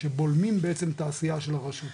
שבולמים בעצם את העשייה של הרשות.